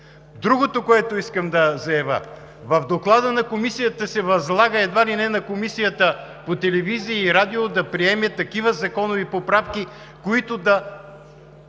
Другото, което искам да заявя. В Доклада на Комисията се възлага едва ли не на Комисията по телевизия и радио да приеме такива законови поправки, които да